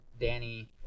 Danny